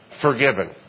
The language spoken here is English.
forgiven